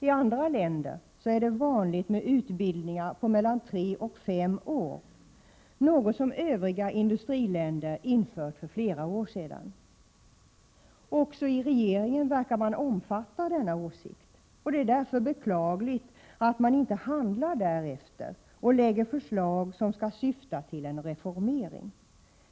I andra länder är det vanligt med utbildningar på mellan tre och fem år, något som övriga industriländer infört för flera år sedan. Också i regeringen verkar man omfatta denna åsikt. Det är därför beklagligt att man inte handlar därefter och lägger fram förslag som skall syfta till en reformering.